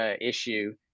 issue